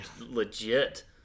legit